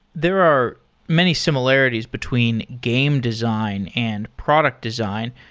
there are many similarities between game design and product design.